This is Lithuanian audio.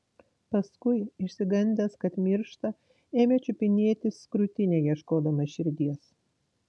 paskui išsigandęs kad miršta ėmė čiupinėtis krūtinę ieškodamas širdies